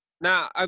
Now